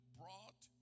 brought